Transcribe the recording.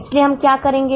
इसलिए हम क्या करेंगे